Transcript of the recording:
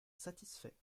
satisfait